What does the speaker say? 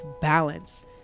balance